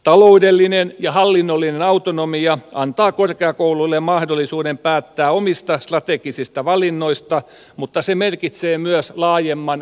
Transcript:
taloudellinen ja hallinnollinen autonomia antaa korkeakouluille mahdollisuuden päättää omista strategisista valinnoista mutta se merkitsee myös laajemman vastuun ottamista